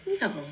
no